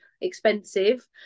expensive